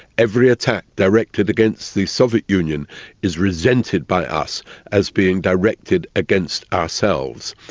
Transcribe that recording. every attack directed against the soviet union is resented by us as being directed against ourselves.